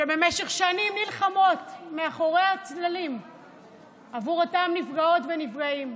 שבמשך שנים נלחמות מאחורי הצללים בעבור אותם נפגעות ונפגעים.